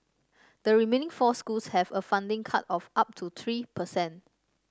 the remaining four schools have a funding cut of up to three per cent